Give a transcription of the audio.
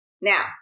Now